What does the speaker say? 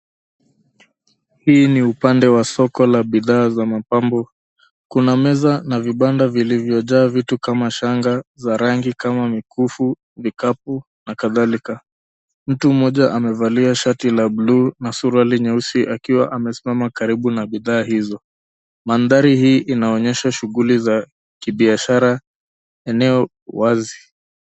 Hii ni upande wa soko la bidhaa za mapambo. Kuna meza na vibanda vilivyojaa vitu kama shanga, za rangi kama mikufu, vikapu, na kadhalika. Mtu mmoja amevalia shati la bluu, na suruali nyeusi akiwa amesimama karibu na bidhaa hizo. Mandhari hii inaonyesha shughuli za kibiashara eneo wazi.